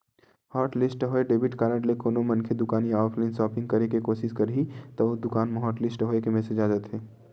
hotlist होए debit card ले कोनो मनखे दुकान या ऑनलाईन सॉपिंग करे के कोसिस करही त ओ दुकान म हॉटलिस्ट होए के मेसेज आ जाथे